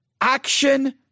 action